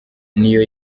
niyo